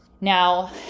Now